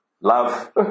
love